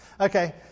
Okay